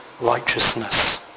righteousness